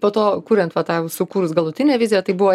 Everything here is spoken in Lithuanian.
po to kuriant va tą sukūrus galutinę viziją tai buvo